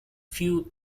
few